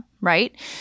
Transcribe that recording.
right